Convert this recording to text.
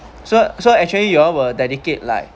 so so actually you all will dedicate like